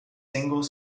single